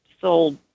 sold